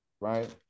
right